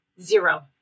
Zero